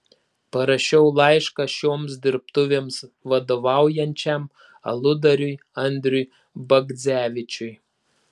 parašiau laišką šioms dirbtuvėms vadovaujančiam aludariui andriui bagdzevičiui